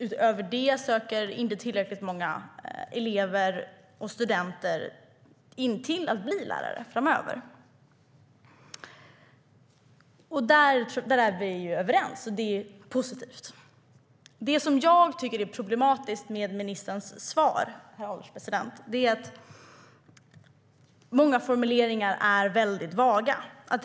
Utöver det söker inte tillräckligt många elever och studenter till utbildningar för att bli lärare framöver. Där är vi överens - det är positivt. Det som jag tycker är problematiskt med ministerns svar, herr ålderspresident, är att många formuleringar är väldigt vaga.